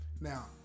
Now